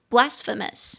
Blasphemous